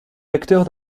acteurs